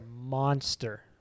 monster